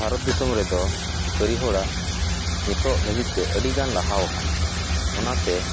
ᱵᱷᱟᱨᱚᱛ ᱫᱤᱥᱚᱢ ᱨᱮᱫᱚ ᱠᱟᱹᱨᱤ ᱦᱚᱲᱟᱜ ᱱᱤᱛᱚᱜ ᱫᱷᱟᱹᱵᱤᱡ ᱛᱮ ᱟᱹᱰᱤ ᱜᱟᱱ ᱞᱟᱦᱟ ᱟᱠᱟᱱᱟ ᱚᱱᱟ ᱛᱮ